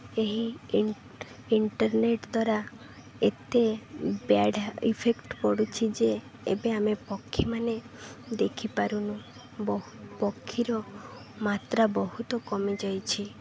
ଏହି ଇଣ୍ଟର୍ନେଟ୍ ଦ୍ୱାରା ଏତେ ବ୍ୟାଡ଼୍ ଇଫେକ୍ଟ ପଡ଼ୁଛି ଯେ ଏବେ ଆମେ ପକ୍ଷୀମାନେ ଦେଖିପାରୁନୁ ବହୁ ପକ୍ଷୀର ମାତ୍ରା ବହୁତ କମିଯାଇଛି